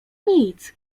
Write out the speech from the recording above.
nic